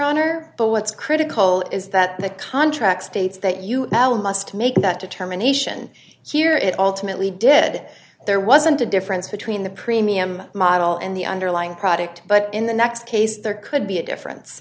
honor but what's critical is that the contract states that you now must make that determination here it alternately did there wasn't a difference between the premium model and the underlying product but in the next case there could be a difference